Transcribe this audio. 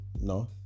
no